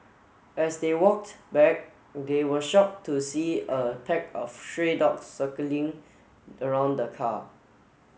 as they walked back they were shocked to see a pack of stray dogs circling around the car